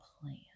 plan